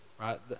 Right